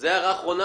זו הערה אחרונה?